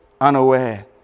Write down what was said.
unaware